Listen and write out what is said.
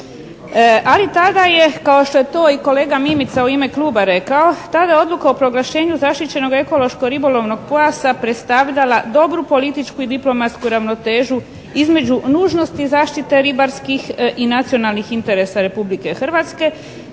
Ali tada je kao što je to i kolega Mimica u ime kluba rekao, tada je odluka o proglašenju zaštićenog ekološko-ribolovnog pojasa predstavljala dobru političku i diplomatsku ravnotežu između nužnosti zaštite ribarskih i nacionalnih interesa Republike Hrvatske